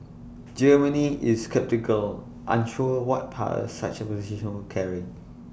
Germany is sceptical unsure what powers such A position would carry